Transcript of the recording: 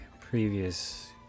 previous